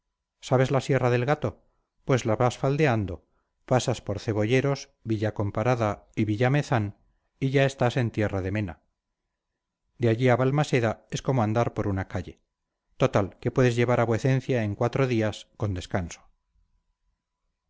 sabes la sierra del gato pues la vas faldeando pasas por cebolleros villacomparada y villamezán y ya estás en tierra de mena de allí a valmaseda es como andar por una calle total que puedes llevar a vuecencia en cuatro días con descanso